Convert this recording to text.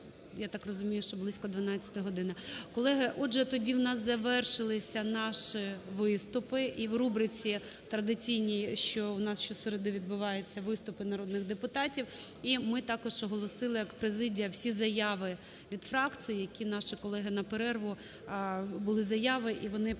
я так розумію, що близько 12 години. Колеги, отже, тоді у нас завершилися наші виступи. І в рубриці традиційній, що у нас щосереди відбуваються виступи народних депутатів, і ми також оголосили як президія всі заяви від фракцій, які наші колеги… на перерву були заяви і вони погодилися